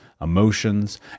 emotions